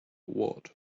what